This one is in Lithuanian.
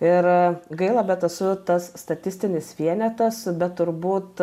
ir gaila bet esu tas statistinis vienetas bet turbūt